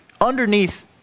underneath